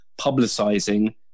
publicizing